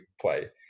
play